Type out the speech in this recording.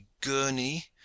Gurney